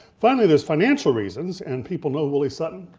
finally there's financial reasons, and people know willie sutton,